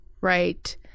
right